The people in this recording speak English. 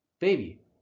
baby